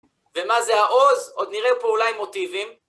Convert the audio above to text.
ומה זה העוז? עוד נראה פה אולי מוטיבים.